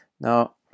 Now